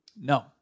No